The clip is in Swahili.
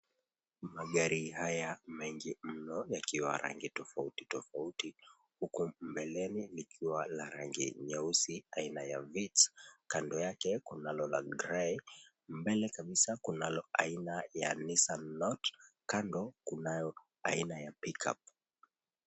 Magari haya mengi mno yakiwa ya rangi tofauti tofauti huku mbeleni likiwa la rangi nyeusi aina ya vitz, kando yake kunalo la gray mbele kabisa kunalo la aina ya nissan note kando kunayo aina ya pick up.